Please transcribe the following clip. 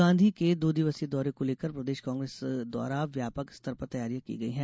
राहल गांधी के दो दिवसीय दौरे को लेकर प्रदेश कांग्रेस द्वारा व्यापक स्तर पर तैयारियां की गई है